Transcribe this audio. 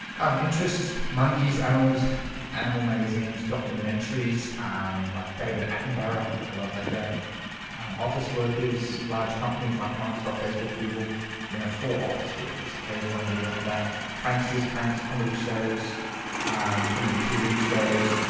um interests monkeys animals animal magazines documentaries like david attenborough. i love that guy office workers large companies like marx off facebook google, you know for office workers okay is what i'm getting up with that pranksters pranks comedy shows comedy tv shows